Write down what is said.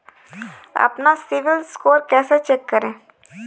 अपना सिबिल स्कोर कैसे चेक करें?